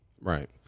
Right